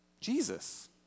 Jesus